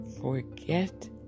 Forget